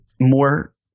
more